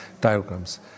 diagrams